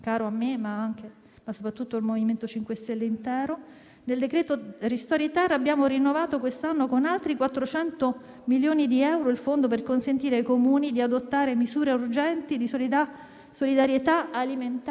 E se, accanto a questo provvedimento, inseriamo il reddito di cittadinanza, che autorevoli fonti riferiscono essere uno strumento decisivo, importante e fondamentale per una fascia di popolazione